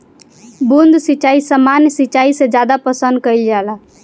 बूंद सिंचाई सामान्य सिंचाई से ज्यादा पसंद कईल जाला